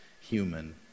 human